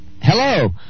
Hello